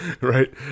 right